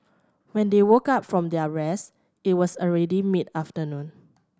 when they woke up from their rest it was already mid afternoon